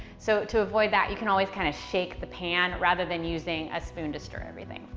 so, to avoid that, you can always kind of shake the pan rather than using a spoon to stir everything.